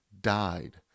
died